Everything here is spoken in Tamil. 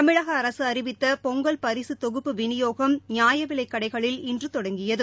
தமிழக அரசு அறிவித்த பொங்கல் பரிசுத் தொகுப்பு விநியோகம் நியாயவிலைக் கடைகளில் இன்று தொடங்கியது